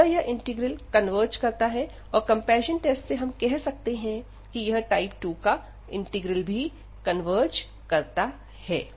अतः यह integral converge करता है और कंपैरिजन टेस्ट से हम कह सकते हैं कि यह टाइप 2 का इंटीग्रल भी कन्वर्ज करता है